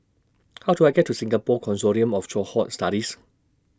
How Do I get to Singapore Consortium of Cohort Studies